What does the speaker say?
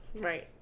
Right